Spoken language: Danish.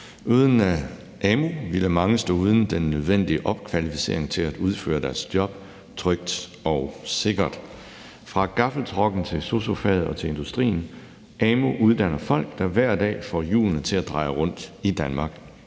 Uden amu ville mange stå uden den nødvendige opkvalificering til at udføre deres job trygt og sikkert. Fra gaffeltrucken og sosu-faget til industrien uddanner amu folk, der hver dag får hjulene til at dreje rundt i Danmark.